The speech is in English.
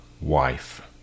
wife